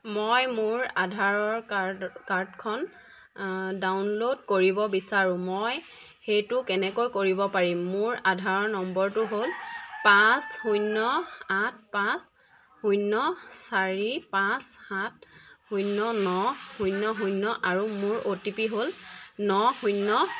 মই মোৰ আধাৰৰ কাৰ্ডখন ডাউনলড কৰিব বিচাৰোঁ মই সেইটো কেনেকৈ কৰিব পাৰিম মোৰ আধাৰৰ নম্বৰটো হ'ল পাঁচ শূন্য আঠ পাঁচ শূন্য চাৰি পাঁচ সাত শূন্য ন শূন্য শূন্য আৰু মোৰ অ' টি পি হ'ল ন শূন্য